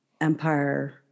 empire